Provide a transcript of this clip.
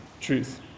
truth